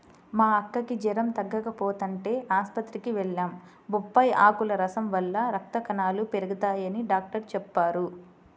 మా అక్కకి జెరం తగ్గకపోతంటే ఆస్పత్రికి వెళ్లాం, బొప్పాయ్ ఆకుల రసం వల్ల రక్త కణాలు పెరగతయ్యని డాక్టరు చెప్పారు